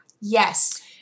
Yes